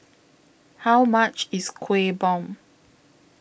How much IS Kuih Bom